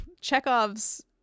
Chekhov's